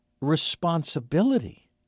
responsibility